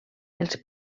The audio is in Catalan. els